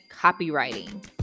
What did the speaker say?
copywriting